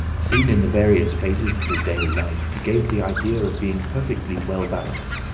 seen in the various phases of his daily life, he gave the idea of being perfectly well-balanced,